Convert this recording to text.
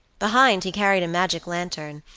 behind, he carried a magic lantern,